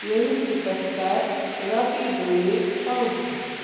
یوٗنِسیٚفس کَر رۄپیہِ ڈونیٹ پانٛژھ ہَتھ